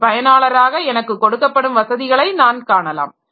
ஒரு பயனாளராக எனக்கு கொடுக்கப்படும் வசதிகளை நான் காணலாம்